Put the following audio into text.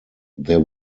there